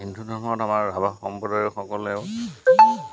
হিন্দু ধৰ্মত আমাৰ ৰাভা সম্প্ৰদায়সকলেও